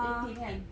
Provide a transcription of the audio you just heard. eighteen kan